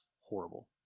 horrible